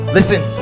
Listen